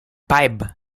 five